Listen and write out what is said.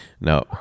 No